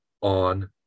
on